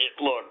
look